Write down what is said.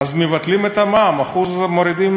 אז מבטלים את המע"מ, מורידים